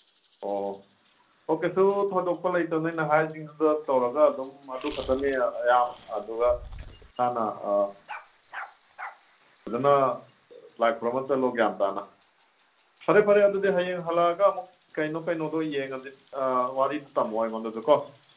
ꯑꯣ ꯑꯣ ꯀꯩꯁꯨ ꯊꯣꯏꯗꯣꯛꯄ ꯂꯩꯇꯝꯅꯤꯅ ꯍꯥꯏꯔꯤꯁꯤꯡꯗꯨꯗ ꯇꯧꯔꯒ ꯑꯗꯨꯝ ꯃꯗꯨꯈꯛꯇꯅꯦ ꯌꯥꯝ ꯑꯗꯨꯒ ꯃꯁꯥꯅ ꯐꯖꯅ ꯂꯥꯏ ꯈꯣꯔꯝꯃ ꯆꯠꯂꯣ ꯒ꯭ꯌꯥꯟ ꯇꯥꯅ ꯐꯔꯦ ꯐꯔꯦ ꯑꯗꯨꯗꯤ ꯍꯌꯦꯡ ꯍꯜꯂꯛꯑꯒ ꯑꯃꯨꯛ ꯀꯩꯅꯣ ꯀꯩꯅꯣꯗꯣ ꯌꯦꯡꯉꯁꯤ ꯋꯥꯔꯤꯗꯣ ꯇꯝꯃꯛꯑꯣ ꯑꯩꯉꯣꯟꯗꯁꯨꯀꯣ